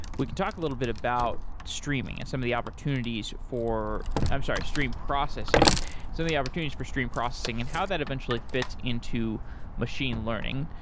we can talk a little bit about streaming and some of the opportunities for i'm sorry, stream processing. some of the opportunities for stream processing and how that eventually fits into machine learning.